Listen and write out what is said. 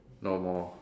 no more